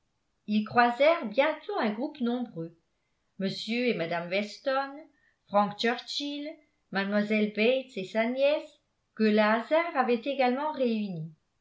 ils croisèrent bientôt un groupe nombreux m et mme weston frank churchill mlle bates et sa nièce que le hasard avait également réunis